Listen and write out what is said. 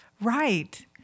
Right